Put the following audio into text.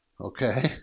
Okay